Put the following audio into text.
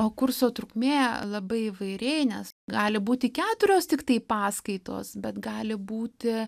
o kurso trukmė labai įvairiai nes gali būti keturios tiktai paskaitos bet gali būti